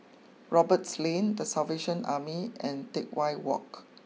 Roberts Lane the Salvation Army and Teck Whye walk